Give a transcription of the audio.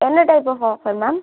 என்ன type of offer ma'am